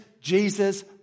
Jesus